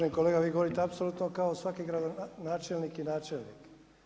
Evo uvaženi kolega vi govorite apsolutno kao svaki gradonačelnik i načelnik.